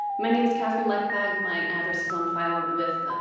my name is catherine lechbag, my address is on file with